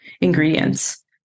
ingredients